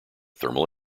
thermal